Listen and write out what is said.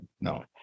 no